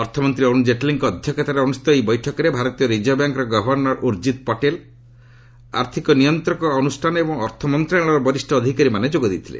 ଅର୍ଥମନ୍ତ୍ରୀ ଅର୍ଭଶ ଜେଟଲୀଙ୍କ ଅଧ୍ୟକ୍ଷତାରେ ଅନୁଷ୍ଠିତ ଏହି ବୈଠକରେ ଭାରତୀୟ ରିକର୍ଭ ବ୍ୟାଙ୍କ୍ର ଗଭର୍ଷର ଉର୍ଜିତ ପଟେଲ ଆର୍ଥିକ ନିୟନ୍ତକ ଅନୁଷ୍ଠାନ ଏବଂ ଅର୍ଥମନ୍ତ୍ରଣାଳୟର ବରିଷ୍ଠ ଅଧିକାରୀମାନେ ଯୋଗ ଦେଇଥିଲେ